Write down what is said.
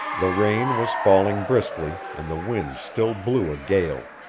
the rain was falling briskly, and the wind still blew a gale.